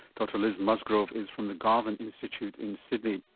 dr liz musgrove is from the garvan institute in sydney.